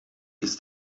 ist